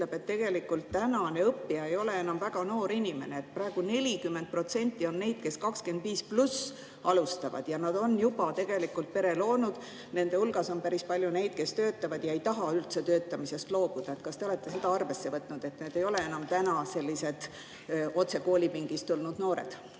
et tegelikult tänane õppija ei ole enam väga noor inimene? Praegu 40% on neid, kes 25+ [vanuses] alustavad. Nad on juba tegelikult pere loonud, nende hulgas on päris palju neid, kes töötavad ja ei taha üldse töötamisest loobuda. Kas te olete arvesse võtnud, et need ei ole enam sellised otse koolipingist tulnud noored?